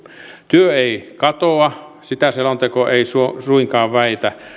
työ ei katoa sitä selonteko ei suinkaan väitä